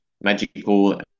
magical